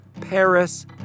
Paris